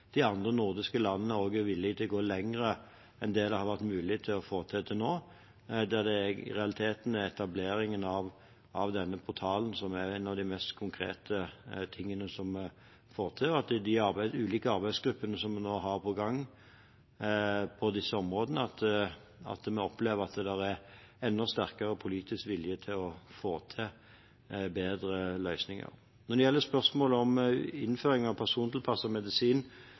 de andre nordiske landene er villige til å gå lenger enn det som har vært mulig å få til til nå. I realiteten er etableringen av denne portalen en av de mest konkrete tingene vi får til. Gjennom de ulike arbeidsgruppene vi nå har på gang på disse områdene, opplever vi at det er enda sterkere politisk vilje til å få til bedre løsninger. Når det gjelder spørsmålet om innføring av persontilpasset medisin